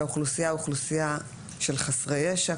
שהאוכלוסייה היא אוכלוסייה של חסרי ישע,